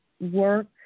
work